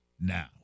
now